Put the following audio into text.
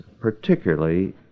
particularly